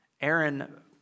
Aaron